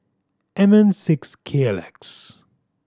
M N six K L X